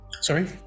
Sorry